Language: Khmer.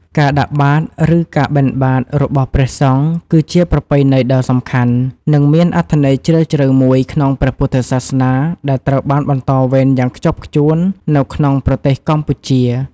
ការដាក់បាត ឬ ការបិណ្ឌបាត របស់ព្រះសង្ឃ គឺជាប្រពៃណីដ៏សំខាន់ និងមានអត្ថន័យជ្រាលជ្រៅមួយក្នុងព្រះពុទ្ធសាសនា ដែលត្រូវបានបន្តវេនយ៉ាងខ្ជាប់ខ្ជួននៅក្នុងប្រទេសកម្ពុជា។